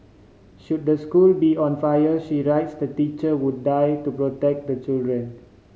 should the school be on fire she writes the teacher would die to protect the children